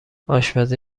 آشپزی